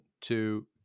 two